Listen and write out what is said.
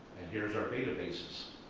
here's our databases